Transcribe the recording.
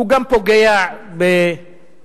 גם פוגע באתיופים,